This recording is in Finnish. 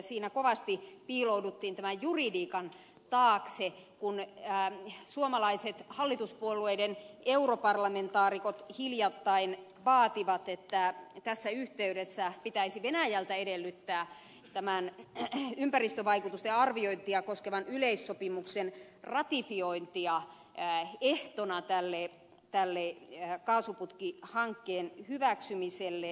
siinä kovasti piilouduttiin tämän juridiikan taakse kun suomalaiset hallituspuolueiden europarlamentaarikot hiljattain vaativat että tässä yhteydessä pitäisi venäjältä edellyttää tämän ympäristövaikutusten arviointia koskevan yleissopimuksen ratifiointia ehtona tälle kaasuputkihankkeen hyväksymiselle